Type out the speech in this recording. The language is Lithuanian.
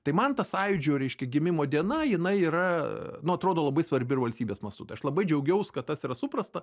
tai man ta sąjūdžio reiškia gimimo diena jinai yra nu atrodo labai svarbi ir valstybės mastu tai aš labai džiaugiaus kad tas yra suprasta